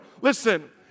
Listen